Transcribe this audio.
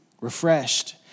refreshed